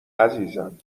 عزیزم